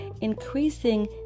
increasing